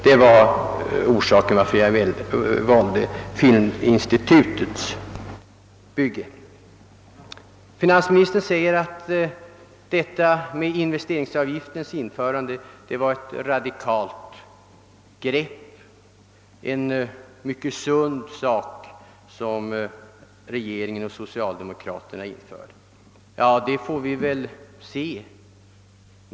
Det var orsaken till att jag nämnde filminstitutets bygge. Finansministern säger att investeringsavgiftens införande var ett radikalt grepp, ett sunt grepp som regeringen och socialdemokraterna tog.